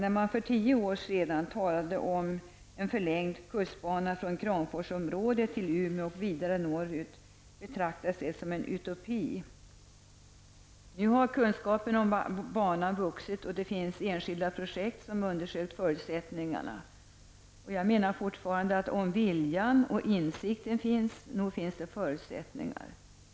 När man för tio år sedan talade om en förlängd kustbana från Kramforsområdet till Umeå och vidare norrut betraktades det som en utopi. Nu har kunskapen om banan vuxit, och det finns enskilda projekt där man har undersökt förutsättningarna. Om viljan och insikten finns, nog finns det förutsättningar.